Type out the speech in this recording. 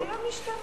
תתלוננו במשטרה.